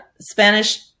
Spanish